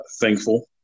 thankful